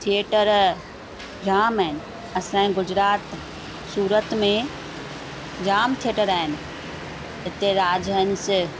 theatre जामु आहिनि असांजे गुजरात सूरत में जाम थिएटर आहिनि हिते राजहंस